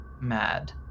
mad